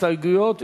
אין הסתייגויות.